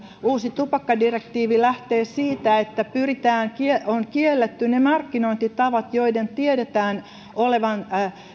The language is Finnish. uusi tupakkadirektiivi lähtevät siitä että on kielletty ne markkinointitavat joiden tiedetään olevan